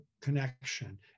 connection